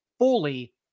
fully